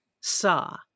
saw